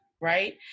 right